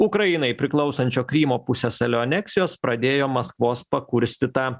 ukrainai priklausančio krymo pusiasalio aneksijos pradėjo maskvos pakurstytą